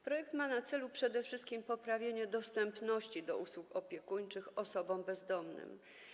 Projekt ma na celu przede wszystkim poprawienie dostępu do usług opiekuńczych osobom bezdomnym.